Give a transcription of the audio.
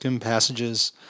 passages